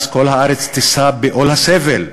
אז כל הארץ תישא בעול הסבל.